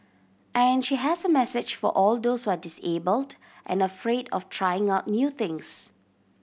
and she has a message for all those who are disabled and afraid of trying out new things